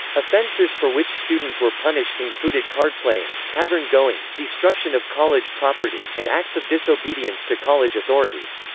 offenses for which students were punished included cardplaying, tavern-going, destruction of college property, and acts of disobedience to college authorities.